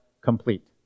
complete